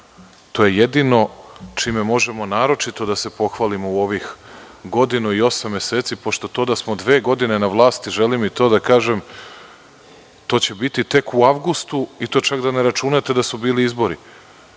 To je jedino čime možemo naročito da se pohvalimo u ovih godinu i osam meseci, pošto to da smo dve godine na vlasti, želim i to da kažem, to će biti tek u avgustu i to čak da ne računate da su bili izbori.